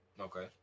Okay